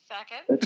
Second